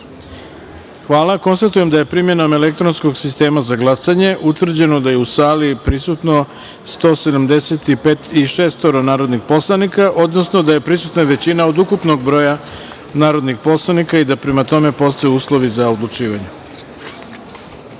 Hvala. Konstatujem da je primenom elektronskog sistema za glasanje utvrđeno da je u sali prisutno 176 narodnih poslanika, odnosno da je prisutna većina od ukupnog broja narodnih poslanika i da prema tome postoje uslovi za odlučivanje. Dozvolite